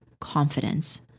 confidence